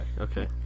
Okay